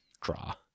draw